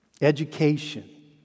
education